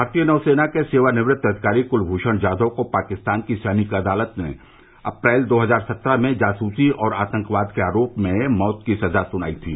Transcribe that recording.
भारतीय नौसेना के सेवानिवृत अधिकारी कूलभूषण जाधव को पाकिस्तान की सैनिक अदालत ने अप्रैल दो हजार सत्रह में जासूसी और आतंकवाद के आरोप में मौत की सजा सुनाई थी